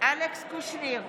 אלכס קושניר,